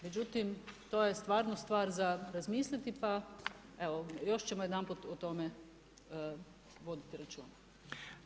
Međutim to je stvarno stvar za razmisliti pa evo, još ćemo jedanput o tome voditi računa.